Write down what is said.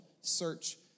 search